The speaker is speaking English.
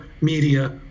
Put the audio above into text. media